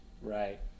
Right